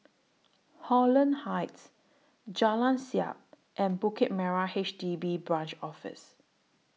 Holland Heights Jalan Siap and Bukit Merah H D B Branch Office